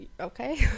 Okay